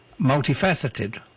multifaceted